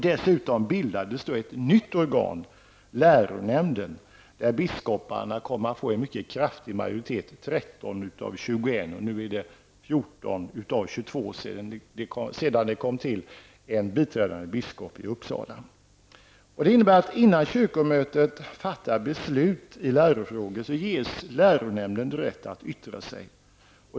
Dessutom bildades ett nytt organ, läronämnden, där biskoparna kom att få en mycket kraftig majoritet, 13 av 21. Nu är det 14 av 22 sedan en biträdande biskop i Uppsala tillkom. Detta innebär att innan kyrkomötet fattar beslut i lärofrågor ges läronämnden rätt att yttra sig.